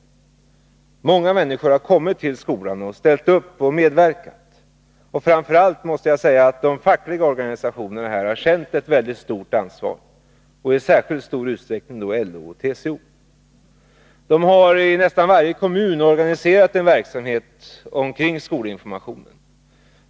Många människor har kommit till skolan, ställt upp och medverkat. Framför allt har de fackliga organisationerna känt ett mycket stort ansvar — i särskilt stor utsträckning LO och TCO. De har i nästan varje kommun organiserat en verksamhet kring skolinformationen.